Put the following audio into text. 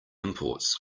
imports